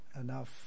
enough